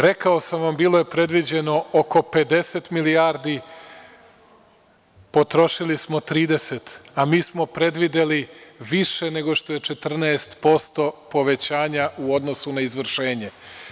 Rekao sam vam, bilo je predviđeno oko 50 milijardi, potrošili smo 30, a mi smo predvideli više nego što je 14% povećanja u odnosu na izvršenje.